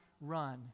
run